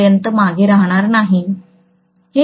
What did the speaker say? पर्यंत मागे राहणार नाही